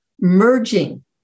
merging